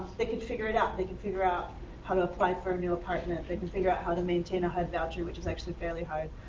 they can figure it out they can figure out how to apply for a new apartment, they can figure out how to maintain a hud voucher, which is actually fairly hard.